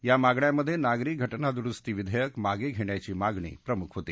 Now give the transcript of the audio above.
या मागण्यांमध्ये नागरी घटनादुरुस्ती विधेयक मागे घेण्याची मागणी प्रमुख होती